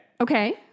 Okay